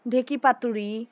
ঢেঁকি পাতুরি